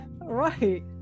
right